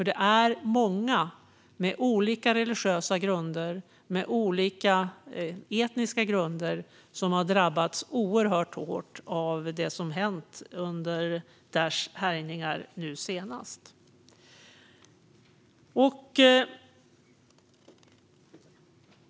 Det är många med olika religiösa och etniska grunder som har drabbats oerhört hårt av det som hänt under Daishs härjningar nu senast.